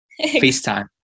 FaceTime